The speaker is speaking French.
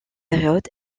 période